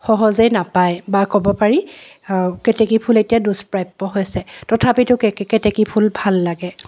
সহজেই নাপাই বা ক'ব পাৰি কেতেকী ফুল এতিয়া দুস্প্ৰাপ্য হৈছে তথাপিতো কে কেতেকী ফুল ভাল লাগে